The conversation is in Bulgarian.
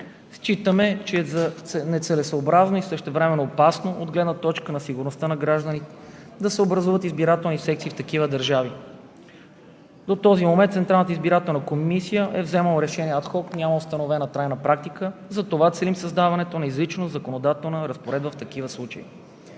Считаме, че е нецелесъобразно и същевременно опасно от гледна точка на сигурността на гражданите да се образуват избирателни секции в такива държави. До този момент Централната избирателна комисия е вземала решения адхок, няма установена трайна практика, затова целим създаването на изрично законодателна разпоредба в такива случаи.